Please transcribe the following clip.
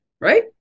right